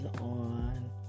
on